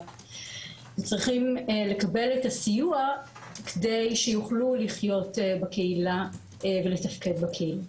וצריכים לקבל את הסיוע כדי שיוכלו לחיות בקהילה ולתפקד בקהילה.